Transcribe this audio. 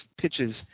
pitches